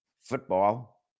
football